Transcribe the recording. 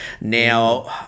now